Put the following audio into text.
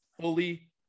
fully